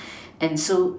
and so